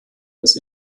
das